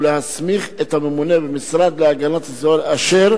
ולהסמיך את הממונה במשרד להגנת הסביבה לאשר